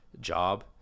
job